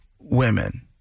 women